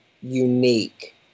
unique